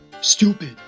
stupid